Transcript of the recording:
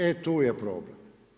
E tu je problem!